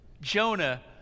Jonah